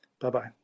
Bye-bye